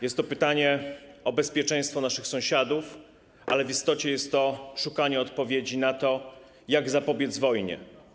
Jest to pytanie o bezpieczeństwo naszych sąsiadów, ale w istocie jest to szukanie odpowiedzi na to, jak zapobiec wojnie.